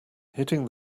hitting